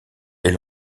est